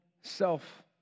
self